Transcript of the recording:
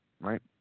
Right